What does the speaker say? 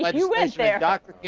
but you went there.